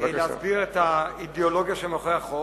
כדי להסביר את האידיאולוגיה שמאחורי החוק.